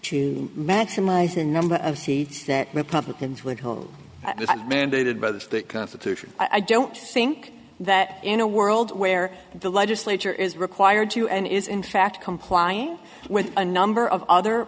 to maximize the number of seats that republicans would hold mandated by the state constitution i don't think that in a world where the legislature is required to and is in fact complying with a number of other